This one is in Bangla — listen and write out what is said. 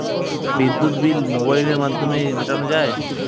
বিদ্যুৎ বিল কি মোবাইলের মাধ্যমে মেটানো য়ায়?